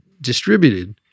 distributed